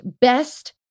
best